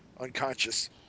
unconscious